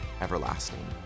everlasting